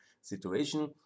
situation